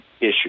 issue